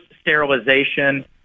sterilization